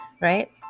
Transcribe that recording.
Right